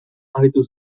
aritu